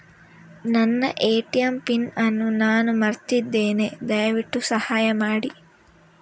ನನ್ನ ATM PIN ಅನ್ನು ನಾನು ಮರ್ತಿದ್ಧೇನೆ, ದಯವಿಟ್ಟು ಸಹಾಯ ಮಾಡಿ